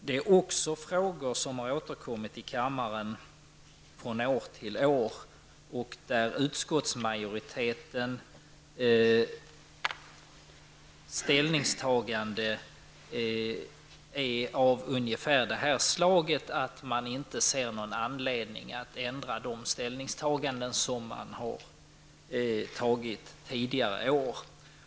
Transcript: Det är också frågor som har återkommit i kammaren från år till år och där utskottsmajoritetens ställningstagande är av ungefär det slaget att man inte ser någon anledning att ändra de ställningstaganden som man har gjort tidigare år.